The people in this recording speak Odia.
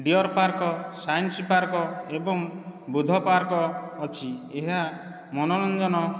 ଡିଅର ପାର୍କ ସାଇନ୍ସ ପାର୍କ ଏବଂ ବୁଧ ପାର୍କ ଅଛି ଏହା ମନୋରଞ୍ଜନ